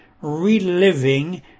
reliving